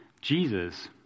Jesus